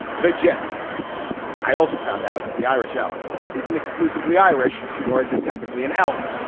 the gist i also found out that the irish elk is an exclusively irish nor is it technically an elk.